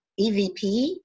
EVP